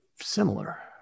similar